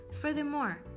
furthermore